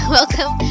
Welcome